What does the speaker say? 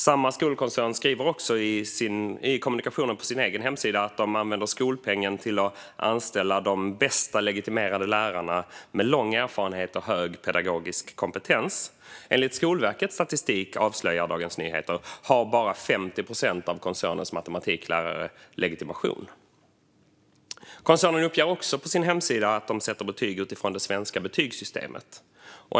Samma skolkoncern skriver också i kommunikationen på sin egen hemsida att man använder skolpengen till att anställa de bästa legitimerade lärarna, med lång erfarenhet och hög pedagogisk kompetens. Enligt Skolverkets statistik, avslöjar Dagens Nyheter, har bara 50 procent av koncernens matematiklärare legitimation. Koncernen uppger också på sin hemsida att man sätter betyg utifrån det svenska betygssystemet.